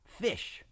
Fish